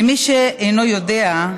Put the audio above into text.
למי שאינו יודע,